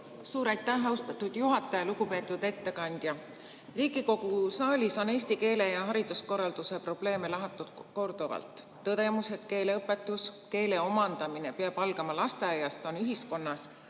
Suur aitäh, austatud juhataja! Lugupeetud ettekandja! Riigikogu saalis on eesti keele ja hariduskorralduse probleeme lahatud korduvalt. Tõdemus, et keeleõpetus, keele omandamine peab algama lasteaiast, on ühiskonnas